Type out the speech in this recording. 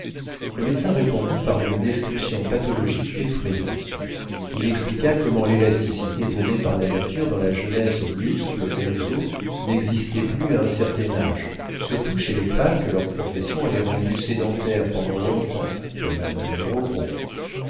le médecin répondit par une description pathologique effrayante il expliqua comment l'élasticité donnée par la nature dans la jeunesse aux muscles aux os n'existait plus à un certain âge surtout chez les femmes que leur profession avait rendues sédentaires pendant longtemps comme mademoiselle